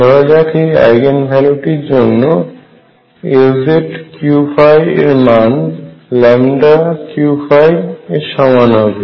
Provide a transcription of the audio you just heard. ধরা যাক এই আইগেন ভ্যালুটির জন্য Lz Q এর মান λQ এর সমান হবে